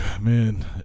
Man